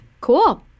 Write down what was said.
Cool